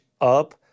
up